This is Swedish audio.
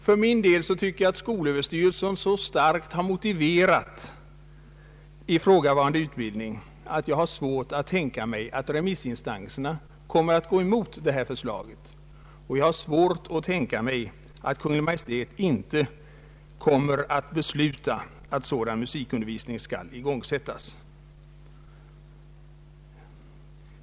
För min del tycker jag att skolöverstyrelsen så starkt har motiverat ifrågavarande utbildning att jag har svårt att tänka mig att remissinstanserna kommer att gå emot förslaget. Jag har också svårt att tänka mig att Kungl. Maj:t inte kommer att besluta att sådan musiklärarutbildning skall igångsättas.